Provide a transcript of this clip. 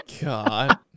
God